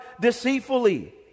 deceitfully